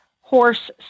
Horse